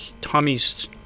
Tommy's